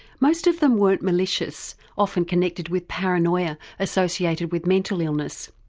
most of them weren't malicious, often connected with paranoia associated with mental illness.